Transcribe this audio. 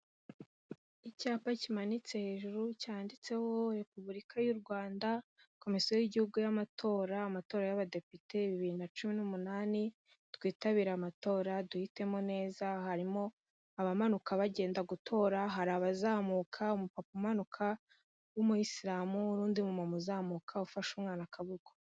Icyapa kimanitse hejuru cyanditseho Repubulika y'u Rwanda, komisiyo y'igihugu y'amatora, amatora y'abadepite bibiri na cumi n'umunani, twitabire amatora duhitemo neza, harimo abamanuka bagenda gutora hari abazamuka umupapa umanuka w'umuyisilamu n'undi mu mama uzamuka ufashe umwana akaboko.